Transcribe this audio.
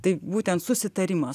tai būtent susitarimas